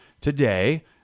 Today